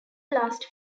last